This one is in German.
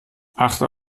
achte